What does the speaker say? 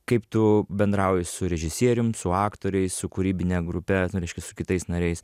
kaip tu bendrauji su režisierium su aktoriais su kūrybine grupe nu reiškias su kitais nariais